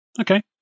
Okay